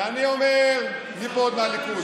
ואני אומר, מי פה עוד מהליכוד?